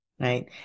Right